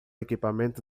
equipamento